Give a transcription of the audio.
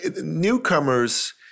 newcomers